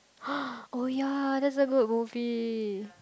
oh ya that's a good movie